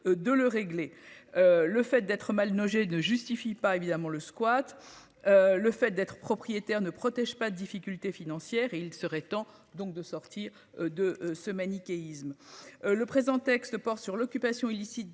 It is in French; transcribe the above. de le régler. Le fait d'être mal logés ne justifie pas évidemment le squat. Le fait d'être propriétaire ne protège pas difficultés financières et il serait temps donc de sortir de ce manichéisme. Le présent texte port sur l'occupation illicite